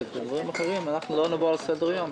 ובדברים אחרים לא נעבור לסדר-היום.